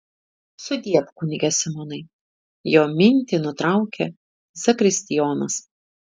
sudiev kunige simonai jo mintį nutraukia zakristijonas